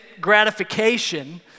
gratification